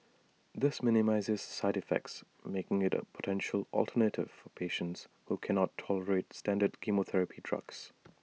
this minimises side effects making IT A potential alternative for patients who cannot tolerate standard chemotherapy drugs